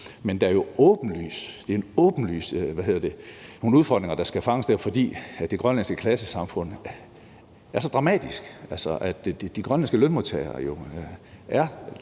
Men der er jo åbenlyst nogle udfordringer, der skal fanges dér, fordi det grønlandske klassesamfund er så dramatisk. Altså, mange af de grønlandske lønmodtagere er